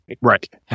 Right